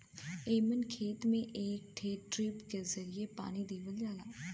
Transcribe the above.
एमन खेत में एक ठे ड्रिप के जरिये पानी देवल जाला